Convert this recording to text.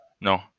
no